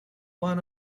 one